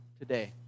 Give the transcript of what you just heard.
today